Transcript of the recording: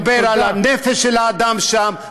מדבר על הנפש של האדם שם,